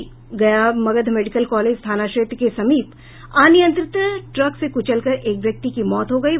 गया Magadh medical college थाना क्षेत्र के समीप अनियंत्रित ट्रक से कुचलकर एक व्यक्ति की मौत हो गयी